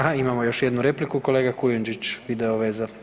Aha imamo još jednu repliku, kolega Kujundžić video veza.